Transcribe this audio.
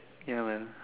ya man